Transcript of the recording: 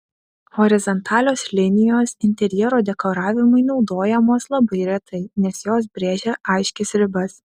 horizontalios linijos interjero dekoravimui naudojamos labai retai nes jos brėžia aiškias ribas